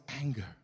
anger